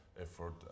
effort